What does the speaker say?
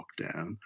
lockdown